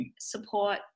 support